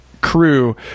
crew